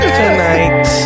tonight